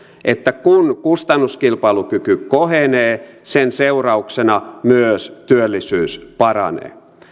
että kun kustannuskilpailukyky kohenee sen seurauksena myös työllisyys paranee